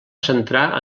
centrar